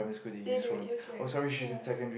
they do use right ya